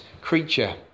creature